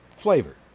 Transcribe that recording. Flavor